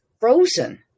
frozen